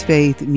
Faith